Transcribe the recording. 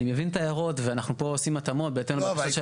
אני מבין את ההערות ואנחנו פה עושים התאמות בהתאם לבקשות של הוועדה.